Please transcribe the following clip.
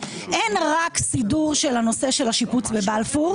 אין רק סידור של הנושא של השיפוץ בבלפור,